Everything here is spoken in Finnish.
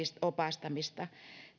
opastamista